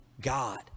God